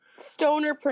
Stoner